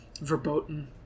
verboten